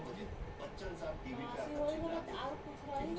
UPI खातीर कवन ऐपके प्रयोग कइलजाला?